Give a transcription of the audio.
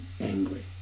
angry